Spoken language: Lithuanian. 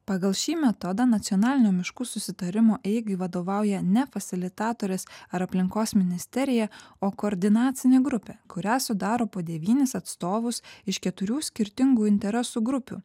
pagal šį metodą nacionalinio miškų susitarimo eigai vadovauja ne fasilitatorius ar aplinkos ministerija o koordinacinė grupė kurią sudaro po devynis atstovus iš keturių skirtingų interesų grupių